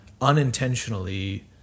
unintentionally